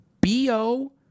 BO